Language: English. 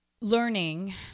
learning